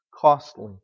costly